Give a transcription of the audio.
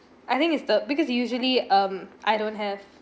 I think it's the because usually um I don't have